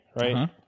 right